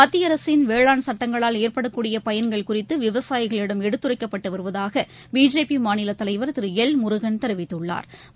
மத்தியஅரசின் வேளாண் சட்டங்களால் ஏற்படக்கூடியபயன்கள் குறித்துவிவசாயிகளிடம் எடுத்துரைக்கப்பட்டுவருவதாகபிஜேபிமாநிலதலைவா் திருஎல் முருகன் தெரிவித்துள்ளாா்